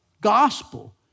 gospel